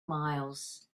miles